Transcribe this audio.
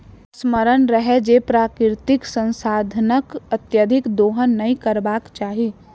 स्मरण रहय जे प्राकृतिक संसाधनक अत्यधिक दोहन नै करबाक चाहि